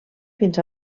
fins